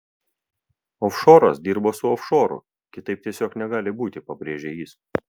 ofšoras dirba su ofšoru kitaip tiesiog negali būti pabrėžė jis